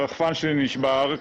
הרחפן שלי נשבר,